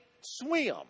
swim